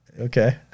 Okay